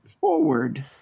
forward